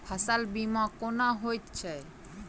फसल बीमा कोना होइत छै?